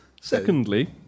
Secondly